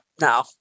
no